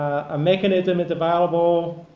a mechanism is available,